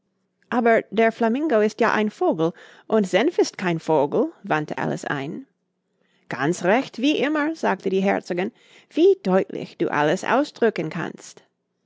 aber der flamingo ist ja ein vogel und senf ist kein vogel wandte alice ein ganz recht wie immer sagte die herzogin wie deutlich du alles ausdrücken kannst